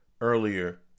earlier